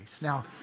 Now